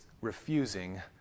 refusing